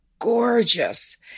gorgeous